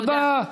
תודה.